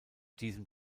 diesem